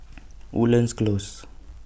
Woodlands Close